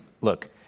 Look